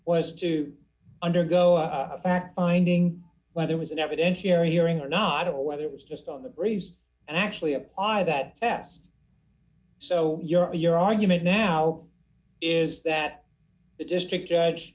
was to undergo a fact finding where there was an evidentiary hearing or not or whether it was just on the briefs and actually apply that test so your your argument now is that the district judge